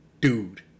dude